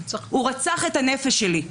הוא רצח את הנפש שלי.